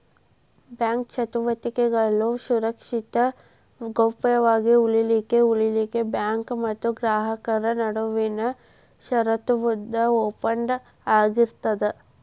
bank ಚಟುವಟಿಕೆಗಳು ಸುರಕ್ಷಿತ ಗೌಪ್ಯ ವಾಗಿ ಉಳಿಲಿಖೆಉಳಿಲಿಕ್ಕೆ ಬ್ಯಾಂಕ್ ಮತ್ತ ಗ್ರಾಹಕರ ನಡುವಿನ ಷರತ್ತುಬದ್ಧ ಒಪ್ಪಂದ ಆಗಿರ್ತದ